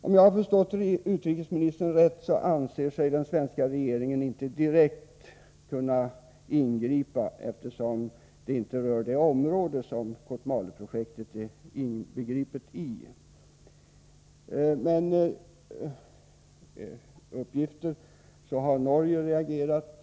Om jag förstått utrikesministern rätt anser sig den svenska regeringen inte direkt kunna ingripa, eftersom dessa händelser inte rör det område som Kotmale-projektet omfattar. Enligt uppgifter har emellertid Norge reagerat.